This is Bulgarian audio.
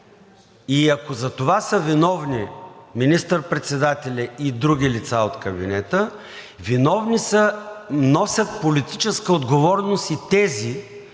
и ако за това са виновни министър-председателят и други лица от кабинета, виновни са, носят политическа отговорност и тези,